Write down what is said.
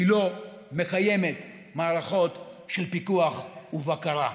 היא לא מקיימת מערכות של פיקוח ובקרה.